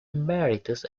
emeritus